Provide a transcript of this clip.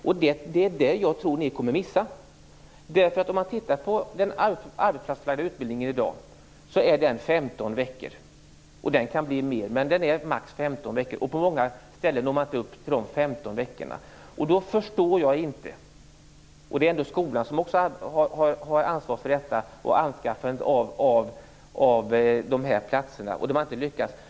Det är det jag tror att ni kommer att missa. Den arbetsplatsförlagda utbildningen i dag är på max 15 veckor, och på många ställen når man inte upp till de 15 veckorna. Skolan har ansvaret för anskaffandet av de här platserna men har inte lyckats med det.